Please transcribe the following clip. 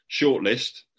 shortlist